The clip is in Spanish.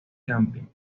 camping